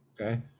okay